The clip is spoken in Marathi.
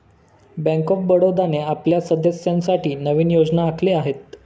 बँक ऑफ बडोदाने आपल्या सदस्यांसाठी नवीन योजना आखल्या आहेत